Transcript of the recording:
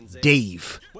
Dave